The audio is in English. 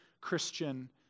Christian